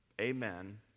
amen